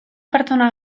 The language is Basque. pertsona